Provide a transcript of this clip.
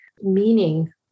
meaning